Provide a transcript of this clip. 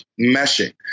meshing